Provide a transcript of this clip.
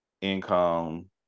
income